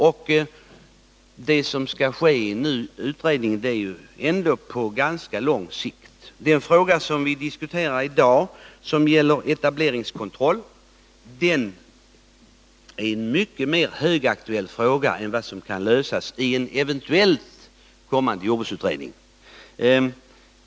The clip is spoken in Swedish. Och det som nu skall ske i utredningen gäller frågor på ganska lång sikt. Den fråga vi i dag diskuterar och som gäller etableringskontroll är högaktuell och kan inte lösas i en eventuellt kommande jordbruksutredning.